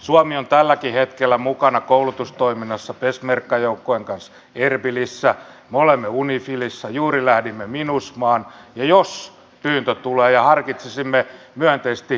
suomi on tälläkin hetkellä mukana koulutustoiminnassa peshmerga joukkojen kanssa erbilissä me olemme unifilissä juuri lähdimme minusmaan ja jos pyyntö tulee ja harkitsisimme myönteisesti niin mentäisiin tähän